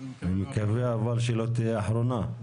נקווה שלא תהיה האחרונה.